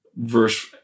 verse